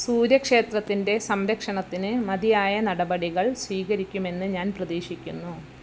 സൂര്യക്ഷേത്രത്തിന്റെ സംരക്ഷണത്തിന് മതിയായ നടപടികൾ സ്വീകരിക്കുമെന്ന് ഞാൻ പ്രതീക്ഷിക്കുന്നു